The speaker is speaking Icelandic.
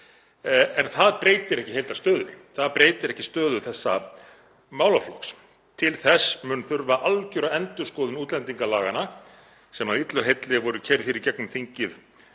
Það breytir ekki stöðu þessa málaflokks. Til þess mun þurfa algjöra endurskoðun útlendingalaganna sem illu heilli voru keyrð í gegnum þingið